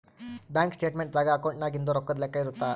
bank statement ದಾಗ ಅಕೌಂಟ್ನಾಗಿಂದು ರೊಕ್ಕದ್ ಲೆಕ್ಕ ಇರುತ್ತ